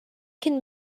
can